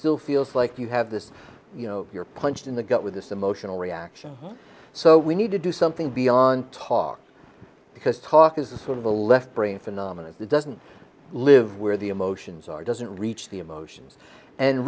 still feels like you have this you know you're punched in the gut with this emotional reaction so we need to do something beyond talk because talk is sort of a left brain phenomenon doesn't live where the emotions are doesn't reach the emotions and